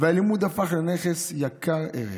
והלימוד הפך לנכס יקר ערך.